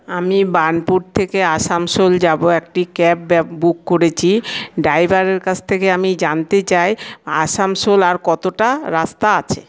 আমি বার্নপুর থেকে আসানসোল যাবো একটি ক্যাব বুক করেছি ড্রাইভারের কাছ থেকে আমি জানতে চাই আসানসোল আর কতটা রাস্তা আছে